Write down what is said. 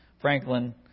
Franklin